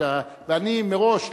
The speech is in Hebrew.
אני מראש,